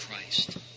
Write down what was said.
Christ